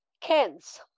cans